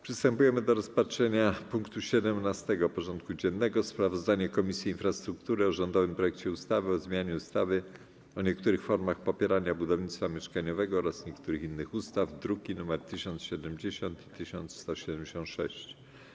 Przystępujemy do rozpatrzenia punktu 17. porządku dziennego: Sprawozdanie Komisji Infrastruktury o rządowym projekcie ustawy o zmianie ustawy o niektórych formach popierania budownictwa mieszkaniowego oraz niektórych innych ustaw (druki nr 1070 i 1176)